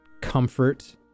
comfort